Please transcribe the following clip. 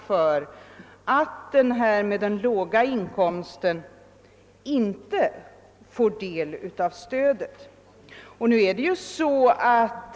för att låginkomsttagaren inte får del av detta-stöd.